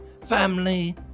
family